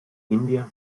india